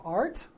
art